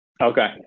okay